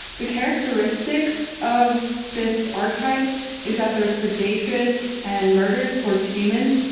the characteristics of this archetype is that they're predacious and murderous towards humans,